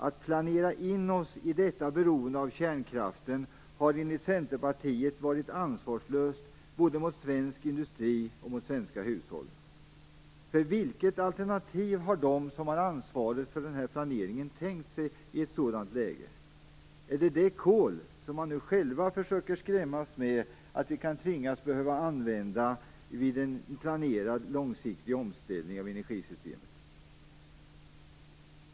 Att planera in oss i detta beroende av kärnkraften har enligt Centerpartiet varit ansvarslöst både mot svensk industri och mot svenska hushåll. Vilket alternativ har de som har ansvaret för planeringen tänkt sig i ett sådant läge? Är det det kol som man nu själv försöker skrämmas med som vi kan tvingas behöva använda vid en planerad långsiktig omställning av energisystemet?